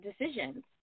decisions